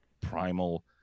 primal